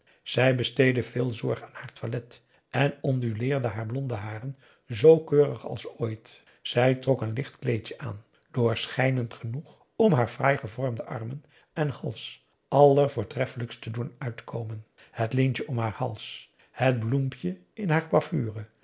zij besteedde veel zorg aan haar toilet en onduleerde haar blonde haren zoo keurig als ooit zij p a daum hoe hij raad van indië werd onder ps maurits trok een licht kleedje aan doorschijnend genoeg om haar fraai gevormde armen en hals allervoortreffelijkst te doen uitkomen het lintje om haar hals het bloempje in haar coiffure